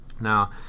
Now